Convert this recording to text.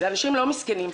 אלה אנשים לא מסכנים.